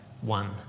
one